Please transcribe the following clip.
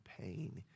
pain